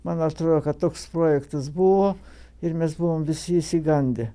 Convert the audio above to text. man atrodo kad toks projektas buvo ir mes buvom visi išsigandę